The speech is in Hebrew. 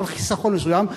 אבל חיסכון מסוים,